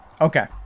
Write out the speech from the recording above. Okay